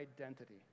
identity